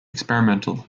experimental